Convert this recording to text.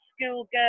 schoolgirl